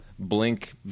Blink